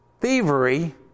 Thievery